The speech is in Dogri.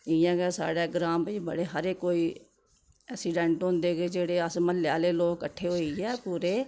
इ'यां गै साढ़ै ग्रांऽ बी बड़े हारे कोई असीडैंट दे कि जेह्ड़े अस म्हल्ले आह्ले लोग किट्ठे होइयै पूरे